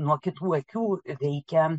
nuo kitų akių veikia